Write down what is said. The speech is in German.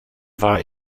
war